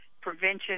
prevention